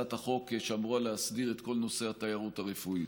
הצעת החוק שאמורה להסדיר את כל נושא התיירות הרפואית.